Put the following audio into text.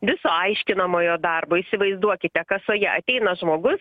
viso aiškinamojo darbo įsivaizduokite kasoje ateina žmogus